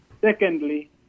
Secondly